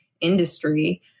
industry